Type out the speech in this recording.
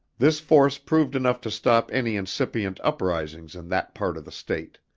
this force proved enough to stop any incipient uprisings in that part of the state.